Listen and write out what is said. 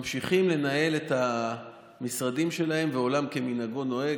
ממשיכים לנהל את המשרדים שלהם ועולם כמנהגו נוהג.